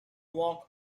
walk